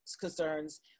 concerns